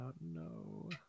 No